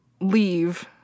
leave